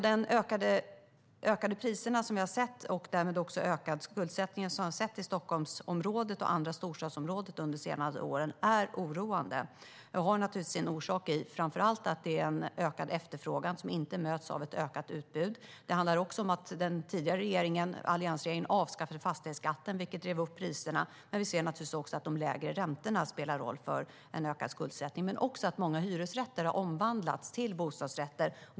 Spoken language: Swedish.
De ökade priser och därmed också den ökade skuldsättning som vi har sett i Stockholmsområdet och andra storstadsområden under de senaste åren är oroande. Detta har sin orsak framför allt i att en ökad efterfrågan inte möts av ett ökat utbud. Det handlar också om att den tidigare regeringen - alliansregeringen - avskaffade fastighetsskatten, vilket drev upp priserna. Vi ser även att de lägre räntorna spelar roll för en ökad skuldsättning men också att många hyresrätter har omvandlats till bostadsrätter.